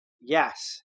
yes